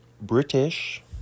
British